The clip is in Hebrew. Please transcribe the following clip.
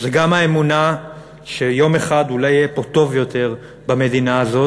זאת גם האמונה שאולי יום אחד יהיה פה טוב יותר במדינה הזאת,